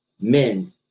men